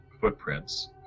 footprints